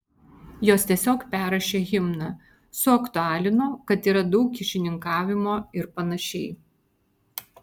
jos tiesiog perrašė himną suaktualino kad yra daug kyšininkavimo ir panašiai